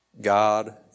God